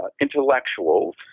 intellectuals